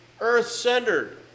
earth-centered